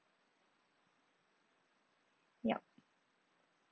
yup